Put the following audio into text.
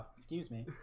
excuse me.